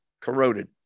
corroded